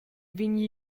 vegni